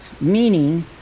meaning